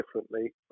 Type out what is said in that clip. differently